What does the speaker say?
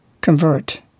convert